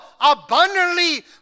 abundantly